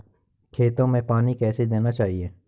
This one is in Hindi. खेतों में पानी कैसे देना चाहिए?